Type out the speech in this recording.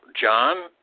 John